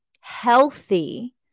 healthy